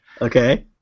Okay